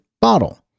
bottle